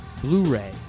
Blu-ray